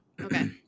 okay